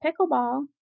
pickleball